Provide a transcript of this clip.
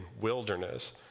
wilderness